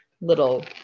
little